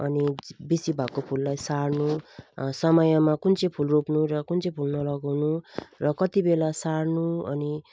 अनि बेसी भएको फुललाई सार्नु समयमा कुन चाहिँ फुल रोप्नु र कुन चाहिँ फुल नलगाउनु र कति बेला सार्नु अनि